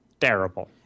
terrible